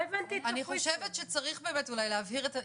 אני חושבת שצריך באמת אולי להבהיר.